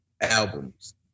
albums